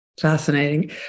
Fascinating